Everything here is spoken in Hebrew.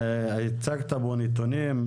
הצגת פה נתונים,